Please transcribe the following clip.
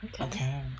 okay